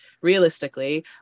realistically